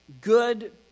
good